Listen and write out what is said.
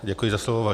Děkuji za slovo.